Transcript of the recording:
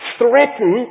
threaten